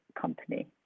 company